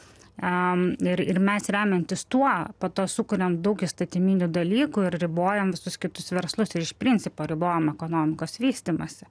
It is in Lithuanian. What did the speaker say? ir mes remiantis tuo poto sukuriam daug įstatyminių dalykų ir ribojam visus kitus verslus ir iš principo ribojam ekonomikos vystymąsi